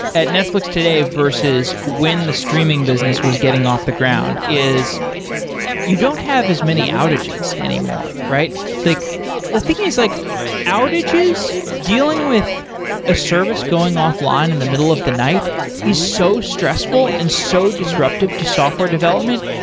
at netflix today versus when the streaming business was getting off the ground, is you don't have as many outages anymore, right? the thing is like outages dealing with a service going offline in the middle of the night is so stressful and so disruptive to software development.